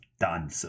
done